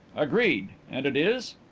agreed. and it is?